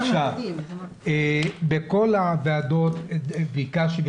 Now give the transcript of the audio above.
בכל הוועדות ביקשתי,